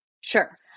Sure